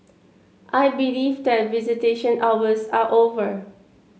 I believe that visitation hours are over